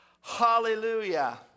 Hallelujah